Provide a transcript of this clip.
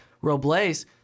Robles